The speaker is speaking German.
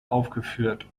aufgeführt